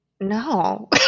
no